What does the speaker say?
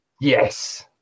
Yes